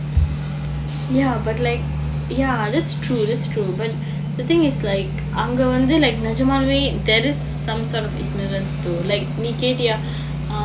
ya but like ya that's true that's true but the thing is like அங்க வந்து:anga vanthu like நிஜமாவே:nijamaavae there is some sort of ignorance to like நீ கேட்டியா:nee kaettiyaa